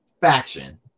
faction